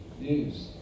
news